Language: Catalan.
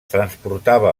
transportava